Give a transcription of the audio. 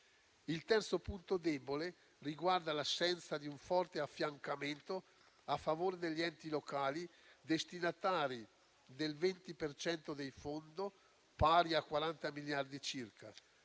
Il terzo punto debole riguarda l'assenza di un forte affiancamento a favore degli enti locali, destinatari del 20 per cento dei fondi, pari a 40 miliardi